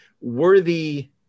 worthy